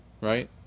right